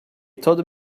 told